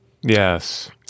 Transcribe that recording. Yes